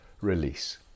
release